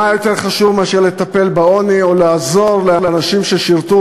מה יותר חשוב מלטפל בעוני או לעזור לאנשים ששירתו,